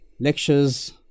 lectures